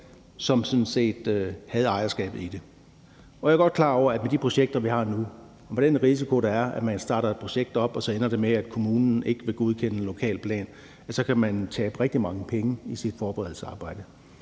som havde ejerskabet i det. Og jeg er godt klar over, at man med de projekter, man har nu, og med den risiko, der er for, at man starter et projekt op, og at det så ender med, at kommunen ikke vil godkende en lokalplan, så kan tabe rigtig mange penge i sit forberedelsesarbejde.